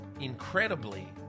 incredibly